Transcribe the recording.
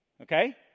Okay